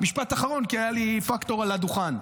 משפט אחרון, כי היה לי פקטור על הדוכן.